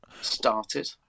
started